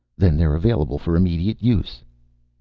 then they're available for immediate use?